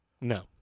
No